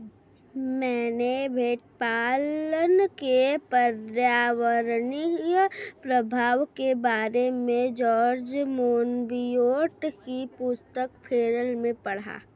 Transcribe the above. मैंने भेड़पालन के पर्यावरणीय प्रभाव के बारे में जॉर्ज मोनबियोट की पुस्तक फेरल में पढ़ा